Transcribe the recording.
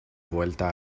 vuelta